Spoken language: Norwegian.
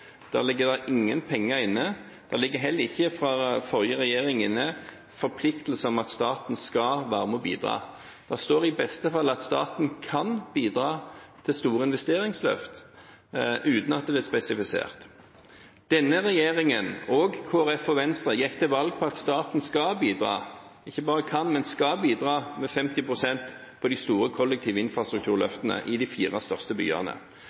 ligger ingen penger inne, det ligger heller ingen forpliktelser inne fra forrige regjering om at staten skal være med og bidra. Det står i beste fall at staten kan bidra til store investeringsløft, uten at det er spesifisert. Denne regjeringen, og Kristelig Folkeparti og Venstre, gikk til valg på at staten skal bidra – ikke bare kan, men skal – med 50 pst. på de store kollektive infrastrukturløftene i de fire største byene.